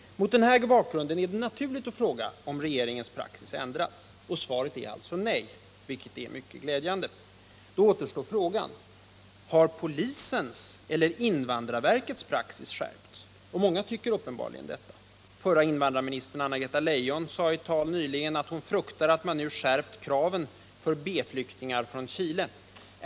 Mot den här bakgrunden är det naturligt att fråga om regeringens praxis ändrats, och svaret är alltså nej, vilket är mycket glädjande. Då återstår frågan: Har polisens eller invandrarverkets praxis skärpts? Många tycker uppenbarligen detta. Förra invandrarministern Anna-Greta Leijon sade i ett tal nyligen att hon fruktar att man nu skärpt kraven för B-flyktingar från Chile.